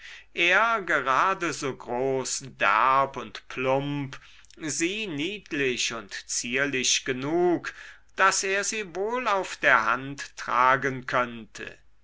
er gerade so groß derb und plump sie niedlich und zierlich genug daß er sie wohl auf der hand tragen könnte